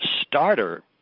starter